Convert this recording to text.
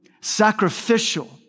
sacrificial